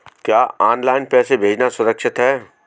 क्या ऑनलाइन पैसे भेजना सुरक्षित है?